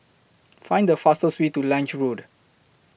Find The fastest Way to Lange Road